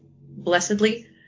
blessedly